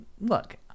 look